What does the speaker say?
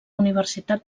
universitat